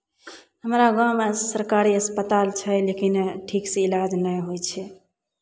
हमरा गाँवमे सरकारी अस्पताल छै लेकिन ठीकसँ इलाज नहि होइ छै